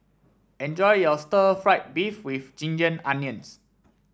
enjoy your Stir Fried Beef with Ginger Onions